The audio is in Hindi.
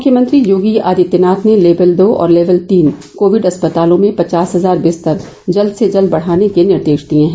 मुख्यमंत्री योगी आदित्यनाथ ने लेवल दो और लेवल तीन कोविड अस्पतालों में पचास हजार बिस्तर जल्द से जल्द बढ़ाने के निर्देश दिए हैं